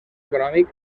econòmic